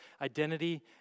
identity